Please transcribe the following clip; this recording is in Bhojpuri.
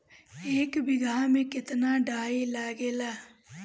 एक बिगहा में केतना डाई लागेला?